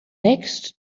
next